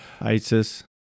ISIS